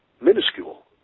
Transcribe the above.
minuscule